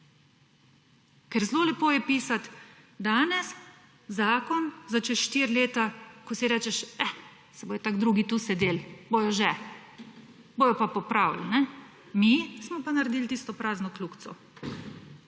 Ker zelo lepo je pisati danes zakon za čez štiri leta, ko si rečeš – Eh, saj bodo tako drugi tukaj sedeli, bodo že, bodo pa popravili, mi smo pa naredili tisto prazno kljukico.